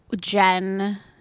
Jen